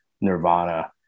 nirvana